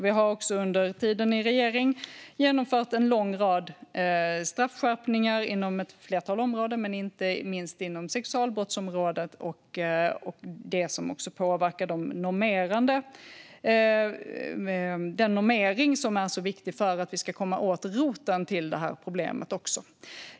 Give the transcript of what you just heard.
Vi har också under tiden i regering genomfört en lång rad straffskärpningar inom ett flertal områden, inte minst inom sexualbrottsområdet och det som också påverkar den normering som är så viktig för att vi ska komma åt roten till det här problemet.